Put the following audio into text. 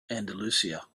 andalusia